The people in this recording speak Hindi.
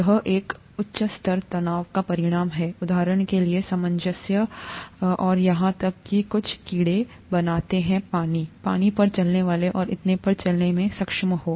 यह एक उच्च सतह तनाव का परिणाम है उदाहरण के लिए सामंजस्य और यहां तक कि कुछ कीड़े बनाता है पानी पानी पर चलने वाले और इतने पर चलने में सक्षम हो